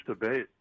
debate